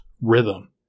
rhythm